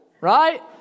right